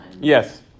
Yes